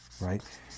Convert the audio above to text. right